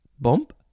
bump